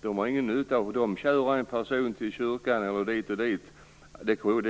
De har ingen nytta av dem. Om de kör en person till t.ex. kyrkan